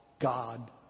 God